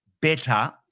better